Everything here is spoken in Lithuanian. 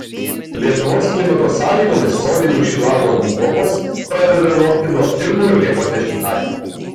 lietuvos klimato sąlygomis sodinių šilauogių uogos pradeda nokti nuo pirmojo liepos dešimtadienio